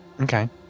Okay